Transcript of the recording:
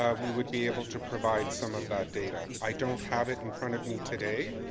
um we would be able to provide some of that data. i don't have it in front of me today.